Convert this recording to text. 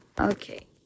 Okay